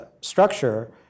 structure